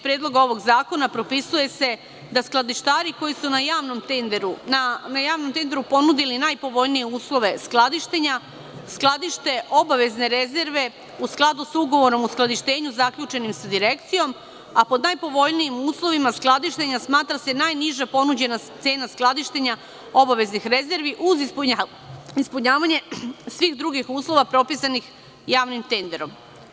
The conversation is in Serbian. Predlogom ovog zakona propisuje se da skladištari koji su na javnom tenderu ponudili najpovoljnije uslove skladištenja skladište obavezne rezerve u skladu sa ugovorom o skladištenju zaključenim sa Direkcijom, a pod najpovoljnijim uslovima skladištenja smatra se najniža ponuđena cena skladištenja obaveznih rezervi uz ispunjavanje svih drugih uslova propisanih javnim tenderom.